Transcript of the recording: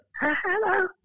hello